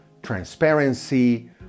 transparency